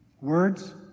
Words